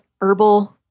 herbal